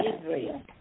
Israel